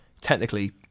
technically